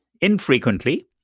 infrequently